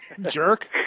Jerk